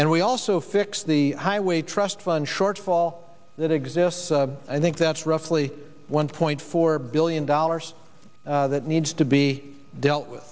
and we also fix the highway trust fund shortfall that exists i think that's roughly one point four billion dollars that needs to be dealt with